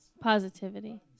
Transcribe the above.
Positivity